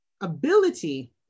ability